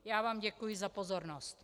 Já vám děkuji za pozornost.